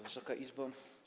Wysoka Izbo!